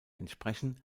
entsprechen